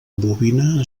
bobina